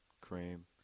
Cream